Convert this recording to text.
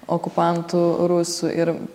okupantų rusų ir